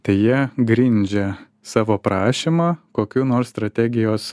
tai jie grindžia savo prašymą kokiu nors strategijos